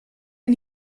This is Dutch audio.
een